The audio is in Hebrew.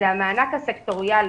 זה המענק הסקטוריאלי,